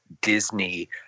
Disney